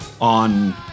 on